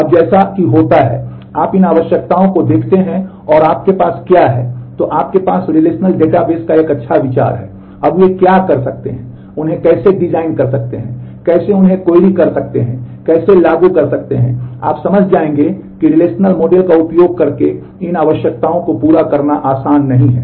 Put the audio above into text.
अब जैसा कि होता है यदि आप इन आवश्यकताओं को देखते हैं और आपके पास क्या है तो आपके पास रिलेशनल का उपयोग करके इन आवश्यकताओं को पूरा करना आसान नहीं है